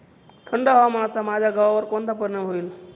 थंड हवामानाचा माझ्या गव्हावर कोणता परिणाम होईल?